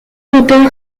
auteurs